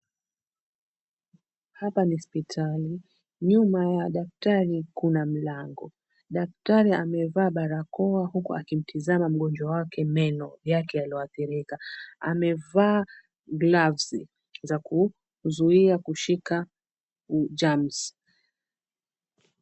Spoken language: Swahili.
Hapa ni hospitali, nyuma ya daktari kuna mlango, daktari amevaa barakoa huku akimtizama mgonjwa wake meno yake yaliyoathirika, amevaa glovu za kuzuia kushika germs .